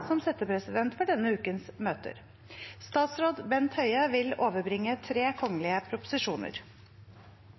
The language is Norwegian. som settepresident for denne ukens møter. Representanten Eirik Faret Sakariassen vil